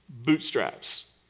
bootstraps